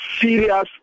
serious